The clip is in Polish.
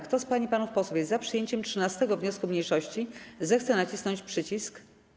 Kto z pań i panów posłów jest za przyjęciem 13. wniosku mniejszości, zechce nacisnąć przycisk.